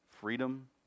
freedom